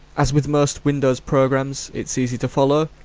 as with most windows programs, its easy to follow,